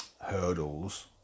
hurdles